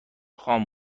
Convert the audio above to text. خان